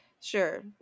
sure